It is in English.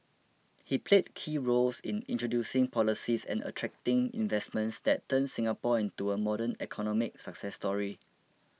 he played key roles in introducing policies and attracting investments that turned Singapore into a modern economic success story